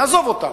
נעזוב אותם,